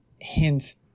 hints